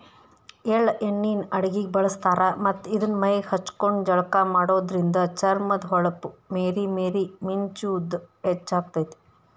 ಎಳ್ಳ ಎಣ್ಣಿನ ಅಡಗಿಗೆ ಬಳಸ್ತಾರ ಮತ್ತ್ ಇದನ್ನ ಮೈಗೆ ಹಚ್ಕೊಂಡು ಜಳಕ ಮಾಡೋದ್ರಿಂದ ಚರ್ಮದ ಹೊಳಪ ಮೇರಿ ಮೇರಿ ಮಿಂಚುದ ಹೆಚ್ಚಾಗ್ತೇತಿ